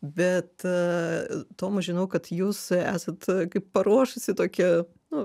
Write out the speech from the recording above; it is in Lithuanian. bet toma žinau kad jūs esat kaip paruošusi tokį nu